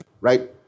right